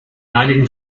einigen